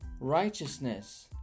righteousness